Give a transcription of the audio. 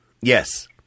Yes